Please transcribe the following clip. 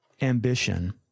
ambition